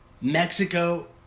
Mexico